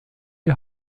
die